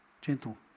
gentle